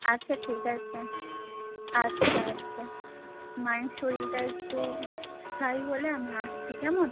আচ্ছা ঠিক আছে আচ্ছা আচ্ছা মায়ের শরীরটা একটু স্থায়ী হলে আমি আসছি কেমন